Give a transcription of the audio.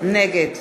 נגד